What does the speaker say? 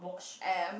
am